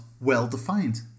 well-defined